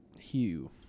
hue